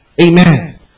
Amen